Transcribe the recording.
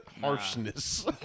harshness